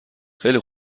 خیلی